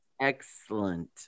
excellent